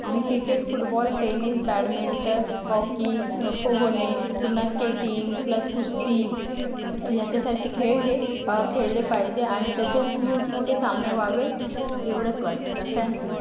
आणि cricket football tennis badminton hockey पोहणे पुन्हा स्केटिंग प्लस कुस्ती ह्याच्यासारखे खेळ हे खेळले पाहिजे आणि तसेच मोठमोठे सामने व्हावे एवढंच वाटतं थँक यू